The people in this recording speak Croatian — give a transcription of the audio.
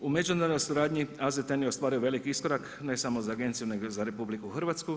U međunarodnoj suradnji AZTN je ostvario veliki iskorak ne samo za agenciju nego i za RH.